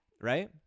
right